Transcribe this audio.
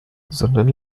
sondern